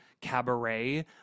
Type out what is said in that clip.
cabaret